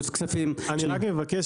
-- אני רק מבקש,